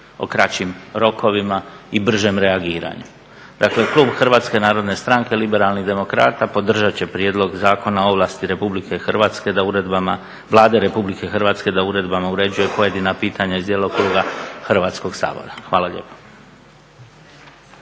o kraćim rokovima i bržem reagiranju. Dakle, klub HNS-a podržat će prijedlog Zakona o ovlasti Vlade RH da uredbama uređuje pojedina pitanja iz djelokruga Hrvatskog sabora. Hvala lijepo.